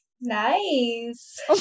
nice